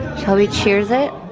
shall we cheers it?